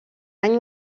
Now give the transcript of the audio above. any